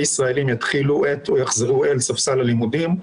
ישראלים יתחילו את או יחזרו אל ספסל הלימודים,